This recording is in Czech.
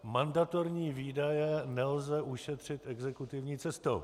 Mandatorní výdaje nelze ušetřit exekutivní cestou.